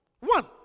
one